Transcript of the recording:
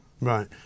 Right